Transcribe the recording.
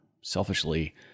selfishly